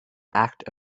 act